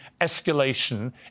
escalation